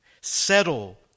settle